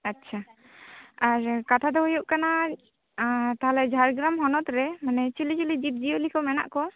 ᱟᱪᱪᱷᱟ ᱟᱨ ᱠᱟᱛᱷᱟ ᱫᱚ ᱦᱩᱭᱩᱜ ᱠᱟᱱᱟ ᱛᱟᱦᱚᱞᱮ ᱡᱷᱟᱲᱜᱨᱟᱢ ᱦᱚᱱᱚᱛ ᱨᱮ ᱢᱟᱱᱮ ᱪᱤᱞᱤ ᱪᱤᱞᱤ ᱡᱤᱵᱽ ᱡᱤᱭᱟᱹᱞᱤ ᱠᱚ ᱢᱮᱱᱟᱜ ᱠᱚᱣᱟ